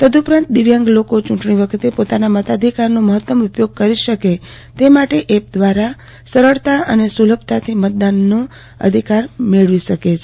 તદ્દઉપરાંત દિવ્યાંગ લોકો ચુંટણી વખતે પોતાના મતાધિકારનો મહત્તમ ઉપયોગ કરી શકે તે માટે એપ દ્વારા સરળતા અને સુલાભાતાથી મતદાન અધીદાર મેળવી શકે છે